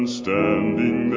standing